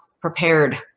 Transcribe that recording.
prepared